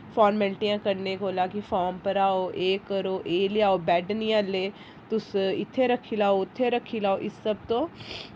फार्मल्टियां करने कोला कि फार्म भराओ एह् करो एह् लेआओ बैड्ड निं हल्ले तुस इत्थै रक्खी लाओ उत्थै रक्खी लाओ इस सब तों